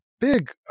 Big